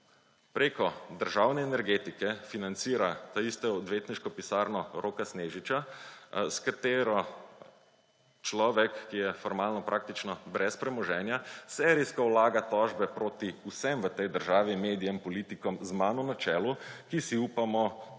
Preko državne Energetike financira to isto odvetniško pisarno Roka Snežiča, s katero človek, ki je formalno praktično brez premoženja, serijsko vlaga tožbe proti vsem v tej državi, medijem, politikom, z mano na čelu, ki si upamo